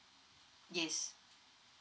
yes